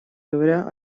говоря